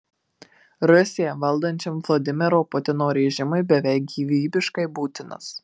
rusiją valdančiam vladimiro putino režimui beveik gyvybiškai būtinas